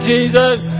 Jesus